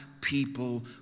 people